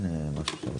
להוסיף?